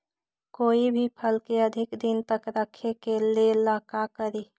कोई भी फल के अधिक दिन तक रखे के ले ल का करी?